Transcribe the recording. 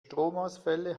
stromausfälle